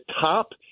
top